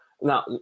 Now